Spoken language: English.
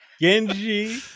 Genji